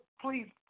Please